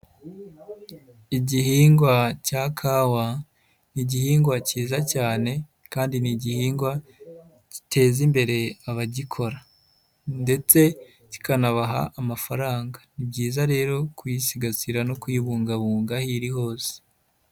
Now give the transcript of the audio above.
Igihingwa cya kawa ni igihingwa cyiza cyane kandi ni igihingwa gitezimbere abagikora ndetse kikanabaha amafaranga, ni byiza rero kuyisigasira no kuyibungabunga aho iri hose.